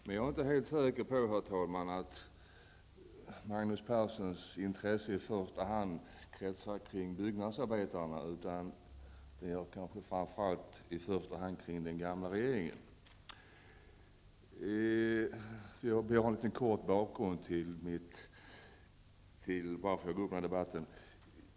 Men jag är, herr talman, inte helt säker på att Magnus Perssons intresse i första hand kretsar kring byggnadsarbetarna utan framför allt kring den gamla regeringen. Jag vill kort ge en bakgrund till att jag går upp i den här debatten.